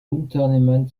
unternehmen